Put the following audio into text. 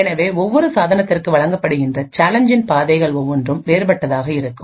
எனவே ஒவ்வொரு சாதனத்திற்கும் வழங்கப்படுகின்ற சேலஞ்சின் பாதைகள் ஒவ்வொன்றும் வேறுபட்டதாக இருக்கும்